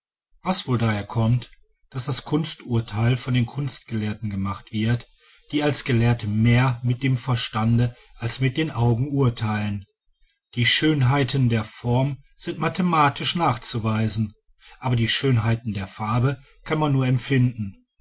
was wohl daher kommt daß das kunsturteil von den kunstgelehrten gemacht wird die als gelehrte mehr mit dem verstande als mit den augen urteilen die schönheiten der form sind mathematisch nachzuweisen aber die schönheiten der farbe kann man nur empfinden